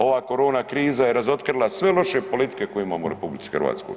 Ova korona kriza je razotkrila sve loše politike koje imamo u RH.